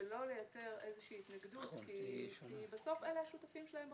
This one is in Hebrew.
ולא לייצר איזושהי התנגדות כי בסוף אלה השותפים שלהם בחברה.